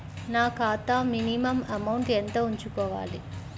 నా ఖాతా minimum amount ఎంత ఉంచుకోవాలి?